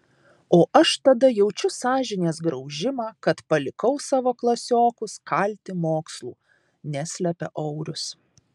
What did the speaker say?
o aš tada jaučiu sąžinės graužimą kad palikau savo klasiokus kalti mokslų neslepia aurius